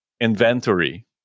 inventory